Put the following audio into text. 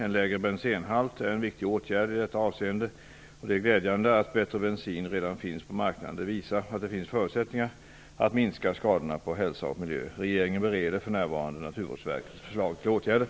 En lägre bensenhalt är en viktig åtgärd i detta avseende. Det är glädjande att bättre bensin redan finns på marknaden. Det visar att det finns förutsättningar att minska skadorna på hälsa och miljö. Regeringen bereder för närvarande Naturvårdsverkets förslag till åtgärder.